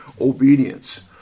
obedience